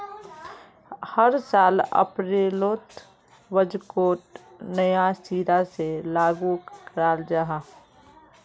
हर साल अप्रैलोत बजटोक नया सिरा से लागू कराल जहा